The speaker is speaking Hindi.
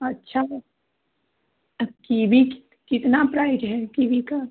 अच्छा कीवी कितना प्राइस है कीवी का